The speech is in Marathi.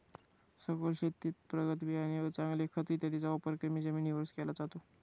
सखोल शेतीत प्रगत बियाणे व चांगले खत इत्यादींचा वापर कमी जमिनीवरच केला जातो